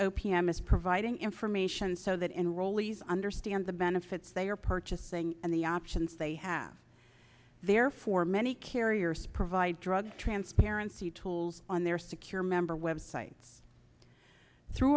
p m is providing information so that enrollees understand the benefits they are purchasing and the options they have there for many carriers provide drugs transparency tools on their secure member websites through